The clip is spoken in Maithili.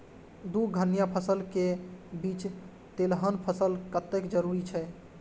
दू धान्य फसल के बीच तेलहन फसल कतेक जरूरी छे?